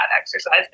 exercise